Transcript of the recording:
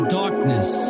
darkness